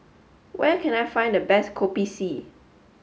where can I find the best Kopi C